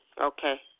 Okay